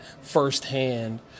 firsthand